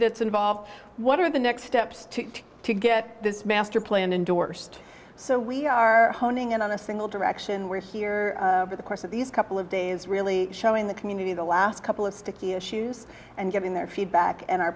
that's involved what are the next steps to get this master plan endorsed so we are honing in on a single direction we're here for the course of these couple of days really showing the community the last couple of sticky issues and getting their feedback and our